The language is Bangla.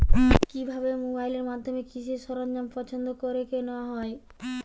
কিভাবে মোবাইলের মাধ্যমে কৃষি সরঞ্জাম পছন্দ করে কেনা হয়?